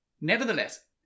Nevertheless